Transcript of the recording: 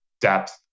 depth